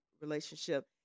relationship